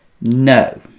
no